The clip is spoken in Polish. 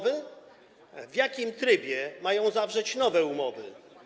W jakim trybie mają zawrzeć nowe umowy?